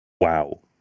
wow